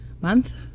month